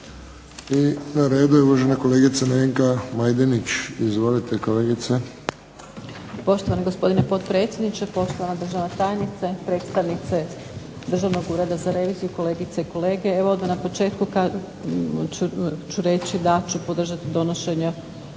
I na redu je uvažena kolegica Nevenka Majdenić. Izvolite kolegice. **Majdenić, Nevenka (HDZ)** Poštovani gospodine potpredsjedniče, poštovana državna tajnice, predstavnice Državnog ureda za reviziju, kolegice i kolege zastupnici. Evo odmah na početku ću reći da ću podržati donošenje